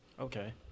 okay